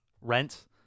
Rent